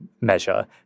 measure